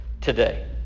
today